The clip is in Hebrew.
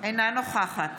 אינה נוכחת